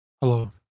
Hello